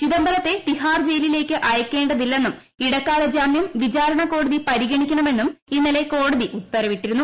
ചിദംബരത്തെ തിഹാർ ജയിലിലേക്ക് അയയ്ക്കേണ്ടതില്ലെന്നും ഇടക്കാല ജാമ്യം വിചാരണ കോടതി പരിഗണിക്കണമെന്നും ഇന്നലെ കോടതി ഉത്തരവിട്ടിരുന്നു